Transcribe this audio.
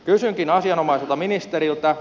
kysynkin asianomaiselta ministeriltä